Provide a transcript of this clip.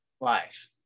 life